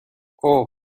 اوه